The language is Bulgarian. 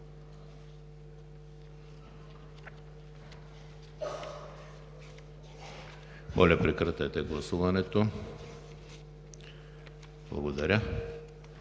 Благодаря.